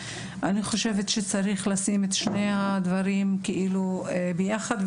אני חושבת שצריך לשים את שני הדברים האלה ביחד.